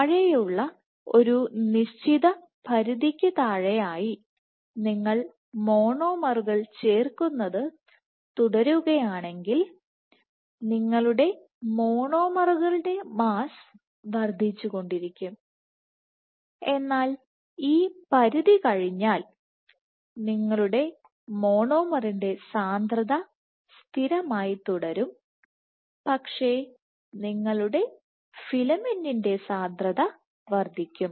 താഴെയുള്ള ഒരു നിശ്ചിത പരിധിക്ക് താഴെയായി നിങ്ങൾ മോണോമറുകൾ ചേർക്കുന്നത് തുടരുകയാണെങ്കിൽ നിങ്ങളുടെ മോണോമറുകളുടെ മാസ്സ് വർദ്ധിച്ചുകൊണ്ടിരിക്കും എന്നാൽ ഈ പരിധി കഴിഞ്ഞാൽ നിങ്ങളുടെ മോണോമറിൻറെ സാന്ദ്രത സ്ഥിരമായി തുടരും പക്ഷേ നിങ്ങളുടെ ഫിലമെന്റിന്റെ സാന്ദ്രത വർദ്ധിക്കും